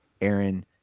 Aaron